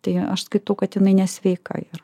tai aš skaitau kad jinai nesveika yra